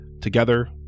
Together